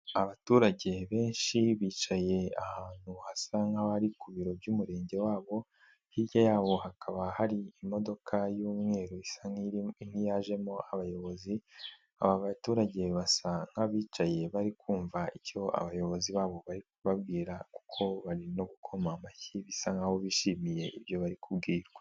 Abaturage benshi bicaye ahantu hasa nkaho ari ku biro by'umurenge wabo, hirya yawo hakaba hari imodoka y'umweru isa nk'iyajemo abayobozi, aba baturage basa nk'abicaye bari kumva icyo abayobozi babo bari kubabwira kuko bari no gukoma amashyi bisa nkaho bishimiye ibyo bari kubwirwa.